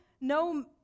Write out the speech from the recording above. no